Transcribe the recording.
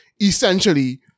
essentially